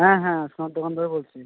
হ্যাঁ হ্যাঁ সোনার দোকানদার বলছি